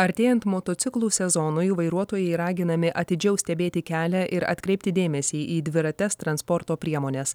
artėjant motociklų sezonui vairuotojai raginami atidžiau stebėti kelią ir atkreipti dėmesį į dvirates transporto priemones